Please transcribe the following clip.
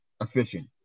efficient